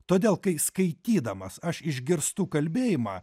todėl kai skaitydamas aš išgirstu kalbėjimą